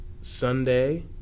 Sunday